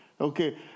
Okay